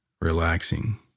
relaxing